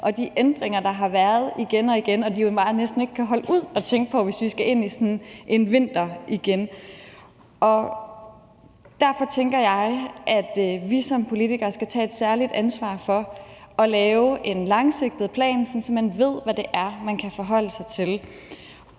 og de ændringer, der har været igen og igen, og det er næsten ikke til at holde ud at tænke på, hvis vi skal ind i sådan en vinter igen. Derfor tænker jeg, at vi som politikere skal tage et særligt ansvar for at lave en langsigtet plan, sådan at man ved, hvad det er, man kan forholde sig til.